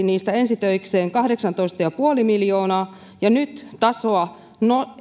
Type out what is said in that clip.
niistä ensi töikseen kahdeksantoista pilkku viisi miljoonaa ja nyt tasoa